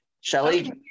shelly